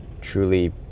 truly